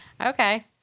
Okay